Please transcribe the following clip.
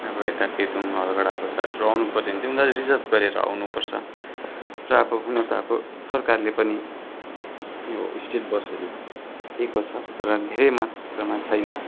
अब यता पेदोङ अलगढा बजारहरू आउनु पऱ्यो भने चाहिँ उनीहरूले रिजर्भ गरेर आउनु पर्छ र अब हुनु त अब सरकारले पनि यो स्टेट बसहरू दिएको छ तर धेरै मात्रामा छैन